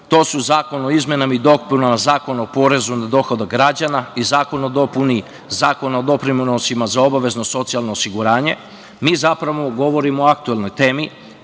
to su Zakon o izmenama i dopunama Zakona o porezu na dohodak građana i Zakon o dopuni Zakona o doprinosima za obavezno socijalno osiguranje, mi zapravo govorimo o aktuelnoj temi.